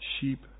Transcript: sheep